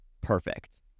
perfect